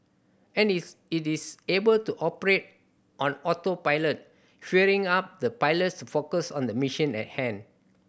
and it's it is able to operate on autopilot freeing up the pilots to focus on the mission at hand